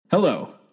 Hello